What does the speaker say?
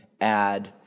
add